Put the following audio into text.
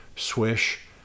swish